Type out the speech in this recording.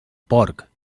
porc